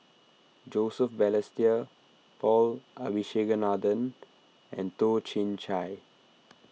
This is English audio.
Joseph Balestier Paul Abisheganaden and Toh Chin Chye